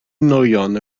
nwyon